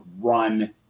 run